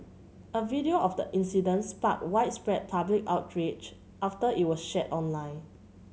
a video of the incident sparked widespread public outrage after it was shared online